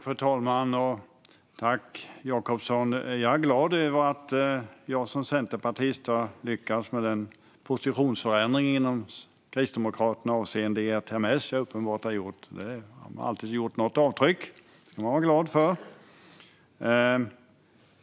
Fru talman! Tack, Jacobsson! Jag är glad över att jag som centerpartist har lyckats med den positionsförändring som Kristdemokraterna uppenbart har gjort avseende ERTMS. Då har jag alltid gjort något avtryck, och det är jag glad för.